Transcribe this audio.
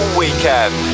weekend